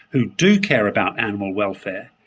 who do care about animal welfare,